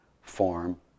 form